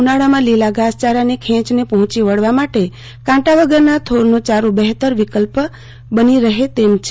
ઉનાળામાં લીલા ઘાસયારની ખેંચને પહોંચી વળવા માટે કાંટા વગરના થોરનો ચારો બહેતર વિકલ્પ બની રહે તેમ છે